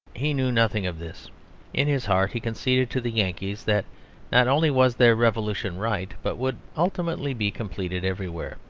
he knew nothing of this in his heart he conceded to the yankees that not only was their revolution right but would ultimately be completed everywhere.